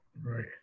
Right